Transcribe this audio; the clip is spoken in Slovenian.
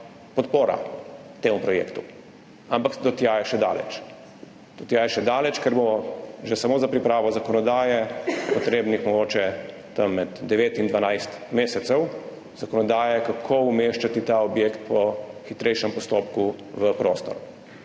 podpora temu projektu. Ampak do tja je še daleč. Do tja je še daleč, ker bo že samo za pripravo zakonodaje potrebnih mogoče med devet in 12 mesecev, zakonodaje, kako umeščati ta objekt v prostor po hitrejšem postopku. To